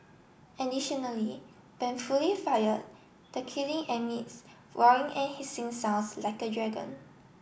additionally when fully fired the kilin emits roaring and hissing sounds like a dragon